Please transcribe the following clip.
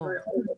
ברור.